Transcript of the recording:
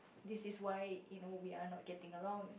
this is why you know we are not getting along